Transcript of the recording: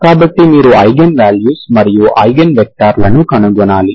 కాబట్టి మీరు eigen values మరియు ఐగెన్ వెక్టర్లను కనుగొనాలి